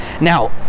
Now